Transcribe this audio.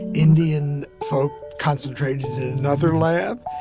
indian folk concentrated in another lab,